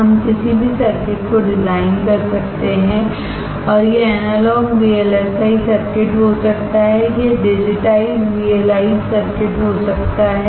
हम किसी भी सर्किट को डिजाइन कर सकते हैं और यह एनालॉग वीएलएसआई सर्किट हो सकता है यह डिजिटाइज्ड वीएलएसआई सर्किट हो सकता है